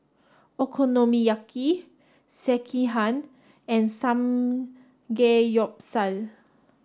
Okonomiyaki Sekihan and Samgeyopsal